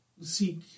seek